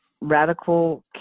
Radical